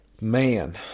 Man